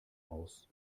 aus